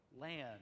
land